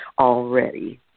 already